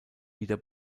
wieder